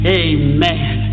amen